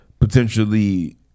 potentially